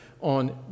on